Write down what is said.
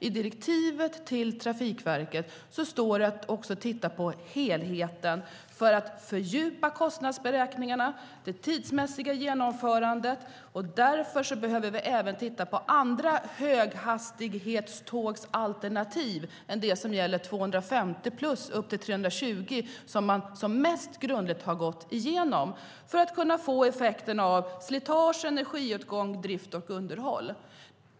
I direktivet till Trafikverket står det att man ska titta på helheten, göra fördjupade kostnadsberäkningar och utreda det tidsmässiga genomförandet. Därför behöver vi även titta på andra alternativ för höghastighetståg än de som gäller 250-plus upp till 320, som man mest grundligt har gått igenom, för att få fram effekten av slitage, energiåtgång, drift och underhåll.